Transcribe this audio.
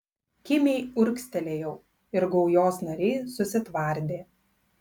kimiai urgztelėjau ir gaujos nariai susitvardė